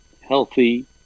healthy